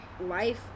life